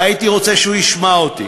והייתי רוצה שהוא ישמע אותי,